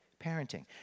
parenting